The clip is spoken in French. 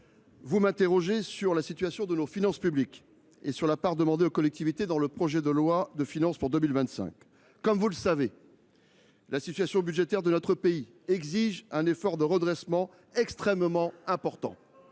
Gouvernement sur la situation de nos finances publiques et sur la part demandée aux collectivités dans le projet de loi de finances pour 2025. Comme vous le savez, la situation budgétaire de notre pays exige un effort de redressement extrêmement important.